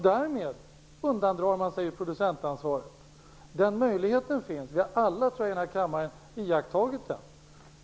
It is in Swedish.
Därmed undandrar man sig producentansvaret. Den möjligheten finns, och jag tror att alla i denna kammare är medvetna om den.